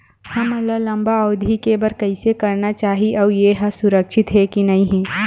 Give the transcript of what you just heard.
हमन ला लंबा अवधि के बर कइसे करना चाही अउ ये हा सुरक्षित हे के नई हे?